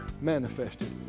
manifested